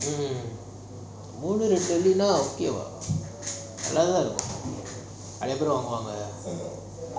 mmhmm மூணு ரெண்டு நான் நல்ல தான் இருக்கும் நெறய பெரு வாங்குவாங்க:moonu rendu naan nalla thaan irukum neraya peru vaaguvanga